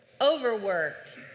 overworked